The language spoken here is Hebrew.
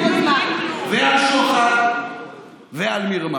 על שוחד ועל מרמה.